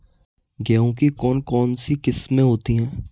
गेहूँ की कौन कौनसी किस्में होती है?